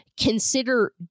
consider